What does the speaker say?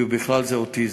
ובכלל זה אוטיזם,